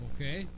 Okay